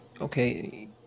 okay